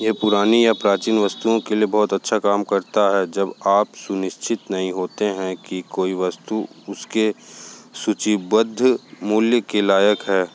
ये पुरानी या प्राचीन वस्तुओं के लिए बहुत अच्छा काम करता है जब आप सुनिश्चित नहीं होते हैं कि कोई वस्तु उसके सूचीबद्ध मूल्य के लायक है